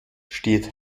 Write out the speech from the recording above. steht